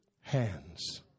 hands